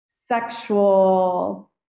sexual